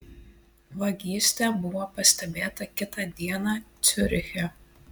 vagystė buvo pastebėta kitą dieną ciuriche